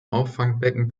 auffangbecken